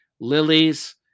lilies